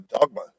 Dogma